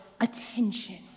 attention